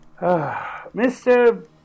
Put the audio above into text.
Mr